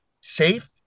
safe